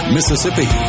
Mississippi